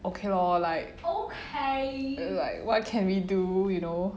okay lor like like what can we do you know